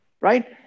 Right